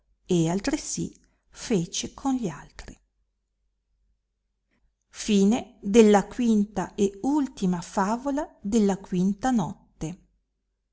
e altresì fece con gli altri il fine della v notte